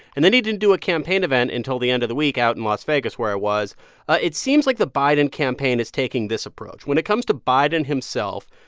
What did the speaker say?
and then he didn't do a campaign event until the end of the week out in las vegas, where i was ah it seems like the biden campaign is taking this approach when it comes to biden himself,